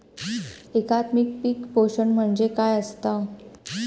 एकात्मिक पीक पोषण म्हणजे काय असतां?